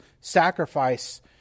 sacrifice